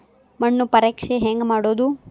ಮಣ್ಣು ಪರೇಕ್ಷೆ ಹೆಂಗ್ ಮಾಡೋದು?